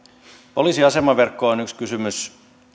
poliisiasemaverkko on yksi kysymys